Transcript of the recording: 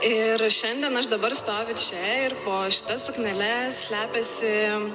ir šiandien aš dabar stoviu čia ir po šita suknele slepiasi